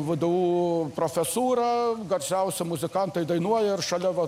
vdu profesūra garsiaui muzikantai dainuoja ar šalia vat